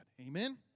Amen